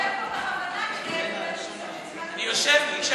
אתה יושב פה בכוונה כדי,